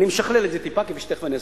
אני משכלל את זה טיפה, תיכף אסביר.